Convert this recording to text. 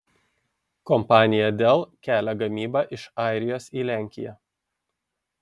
kompanija dell kelia gamybą iš airijos į lenkiją